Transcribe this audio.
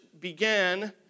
began